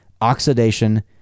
oxidation